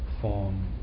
form